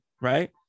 right